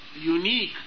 unique